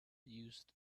used